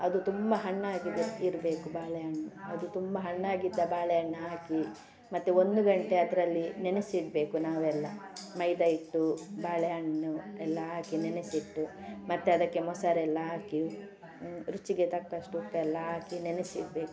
ಅದು ತುಂಬಾ ಹಣ್ಣಾಗಿದ್ದು ಇರಬೇಕು ಬಾಳೆಹಣ್ಣು ಅದು ತುಂಬ ಹಣ್ಣಾಗಿದ್ದ ಬಾಳೆಹಣ್ಣು ಹಾಕಿ ಮತ್ತೆ ಒಂದು ಗಂಟೆ ಅದರಲ್ಲಿ ನೆನೆಸಿಡಬೇಕು ನಾವೆಲ್ಲ ಮೈದಾಹಿಟ್ಟು ಬಾಳೆಹಣ್ಣು ಎಲ್ಲಾ ಹಾಕಿ ನೆನೆಸಿಟ್ಟು ಮತ್ತೆ ಅದಕ್ಕೆ ಮೊಸರೆಲ್ಲ ಹಾಕಿ ರುಚಿಗೆ ತಕ್ಕಷ್ಟು ಉಪ್ಪೆಲ್ಲ ಹಾಕಿ ನೆನೆಸಿಡಬೇಕು